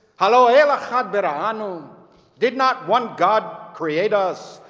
ha'lo el echad be'ra'anu did not one god create us?